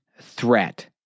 threat